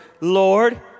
Lord